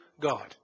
God